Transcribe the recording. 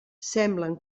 semblen